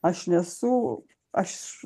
aš nesu aš